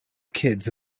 kids